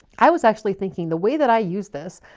i was actually thinking, the way that i use this,